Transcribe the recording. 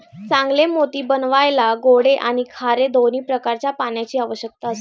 चांगले मोती बनवायला गोडे आणि खारे दोन्ही प्रकारच्या पाण्याची आवश्यकता असते